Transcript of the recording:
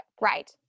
right